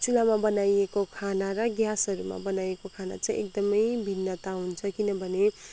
चुलामा बनाइएको खाना र ग्यासहरूमा बनाइएको खाना चाहिँ एकदमै भिन्नता हुन्छ किनभने